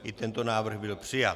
I tento návrh byl přijat.